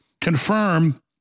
confirm